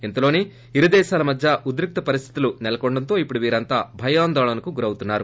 ఇంతలోనే ఇరు దేశాల మధ్య ఉద్రిక్త పరిస్థితులు నెలకొనడంతో ఇప్పుడు వీరంతా భయాందోళనలకు గురవుతున్నారు